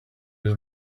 was